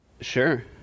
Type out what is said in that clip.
sure